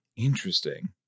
Interesting